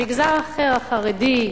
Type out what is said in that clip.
מגזר אחר, החרדי,